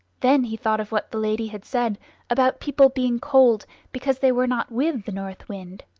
then he thought of what the lady had said about people being cold because they were not with the north wind.